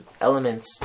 elements